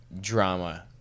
drama